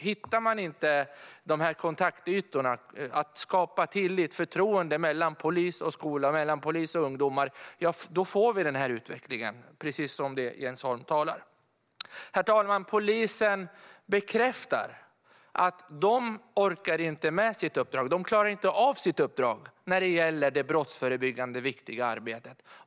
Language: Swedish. Hittar vi inte kontaktytorna och kan skapa tillit och förtroende mellan polis och ungdomar får vi denna utveckling, precis som Jens Holm sa. Herr talman! Polisen bekräftar att de inte klarar av sitt uppdrag när det gäller det viktiga brottsförebyggande arbetet.